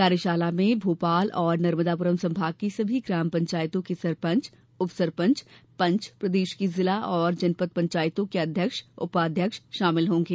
कार्यशाला में भोपाल एवं नर्मदापुरम संभाग की सभी ग्राम पंचायतों के सरपंच उप सरपंच पंच प्रदेश की जिला और जनपद पंचायतों के अध्यक्ष उपाध्यक्ष सम्मिलित होंगे